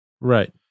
right